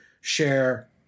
share